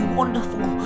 wonderful